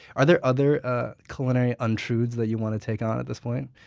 are there other ah culinary untruths that you want to take on at this point?